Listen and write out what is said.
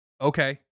Okay